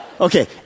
okay